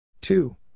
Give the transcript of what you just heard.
Two